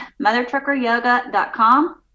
mothertruckeryoga.com